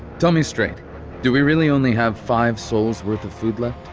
tell me straight do we really only have five sols worth of food left?